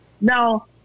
Now